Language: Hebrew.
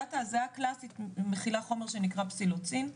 פטריית ההזיה הקלאסית מכילה חומר שנקרא פסילוצבין,